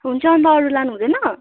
हुन्छ अन्त अरू लानुहुँदैन